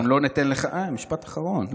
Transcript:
משפט אחרון.